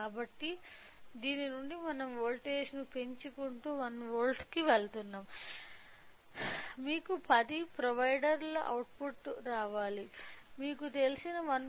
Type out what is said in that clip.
కాబట్టి దాని నుండి మనం వోల్టేజ్ను పెంచుకుంటూ 1 వోల్ట్తో వెళుతున్నాం మీకు 10 ప్రొవైడర్ల అవుట్పుట్ రావాలి మీకు తెలిసిన 1